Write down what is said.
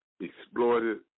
exploited